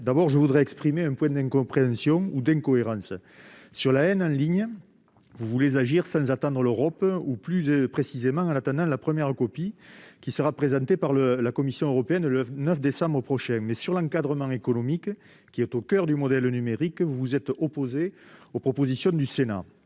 d'abord, je voudrais exprimer un point d'incompréhension ou d'incohérence. Sur la haine en ligne, vous voulez agir sans attendre l'Europe, ou, plus précisément, dans l'attente de sa première copie, qui sera présentée par la Commission européenne le 9 décembre prochain. Mais, sur l'encadrement économique, qui est au coeur du modèle numérique, vous vous êtes opposé aux propositions du Sénat.